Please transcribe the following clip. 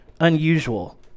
unusual